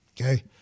Okay